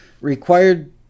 required